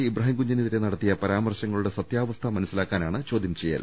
ഇബ്രാഹിം കുഞ്ഞിനെതിരെ നടത്തിയ പരാമർശ ങ്ങളുടെ സത്യാവസ്ഥ മനസ്സിലാക്കാനാണ് ചോദ്യം ചെയ്യൽ